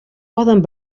poden